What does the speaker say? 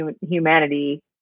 humanity